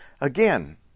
again